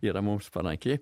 yra mums palanki